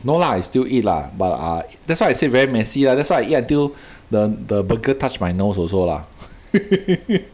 no lah I still eat lah but ah that's why I say very messy lah that's why I eat until the the burger touched my nose also lah